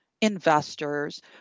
investors